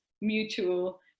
mutual